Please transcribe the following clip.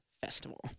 Festival